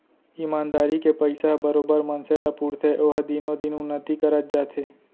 ईमानदारी के पइसा ह बरोबर मनसे ल पुरथे ओहा दिनो दिन उन्नति करत जाथे